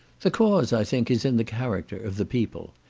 the cause, i think, is in the character of the people.